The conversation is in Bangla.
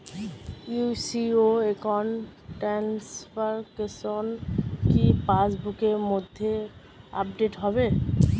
ইউ.সি.ও একাউন্ট ট্রানজেকশন কি পাস বুকের মধ্যে আপডেট হবে?